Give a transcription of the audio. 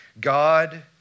God